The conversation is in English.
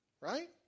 Right